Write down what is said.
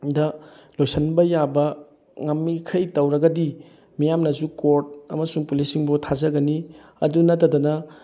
ꯗ ꯂꯣꯏꯁꯤꯟꯕ ꯌꯥꯕ ꯉꯝꯃꯤꯈꯩ ꯇꯧꯔꯒꯗꯤ ꯃꯤꯌꯥꯝꯅꯁꯨ ꯀꯣꯔꯠ ꯑꯃꯁꯨꯡ ꯄꯨꯂꯤꯁꯁꯤꯡꯕꯨ ꯊꯥꯖꯒꯅꯤ ꯑꯗꯨ ꯅꯠꯇꯗꯅ